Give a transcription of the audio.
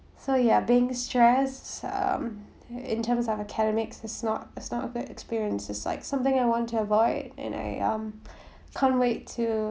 so you are being stressed um in terms of academics is not a good experience it's like something I want to avoid and I um can’t wait to